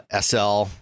SL